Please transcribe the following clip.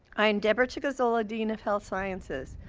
i am deborah chigazola, dean of health sciences.